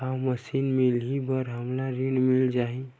का मशीन मिलही बर हमला ऋण मिल जाही?